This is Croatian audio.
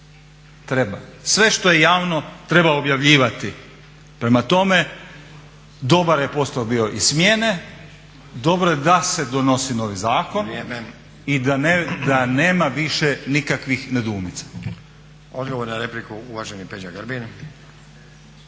Treba. Sve što je javno treba objavljivati. Prema tome, dobar je …/Govornik se ne razumije./… i smjene, dobro je da se donosi novi zakon i da nema više nikakvih nedoumica. **Stazić, Nenad (SDP)** Odgovor na repliku uvaženi Peđa Grbin.